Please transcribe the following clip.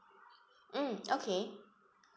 mm okay